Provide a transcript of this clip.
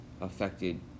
affected